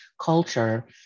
culture